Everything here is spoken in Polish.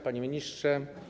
Panie Ministrze!